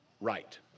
right